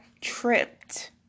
tripped